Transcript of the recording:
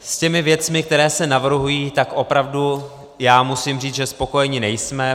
S těmi věcmi, které se navrhují, opravdu musím říct, že spokojeni nejsme.